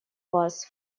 вас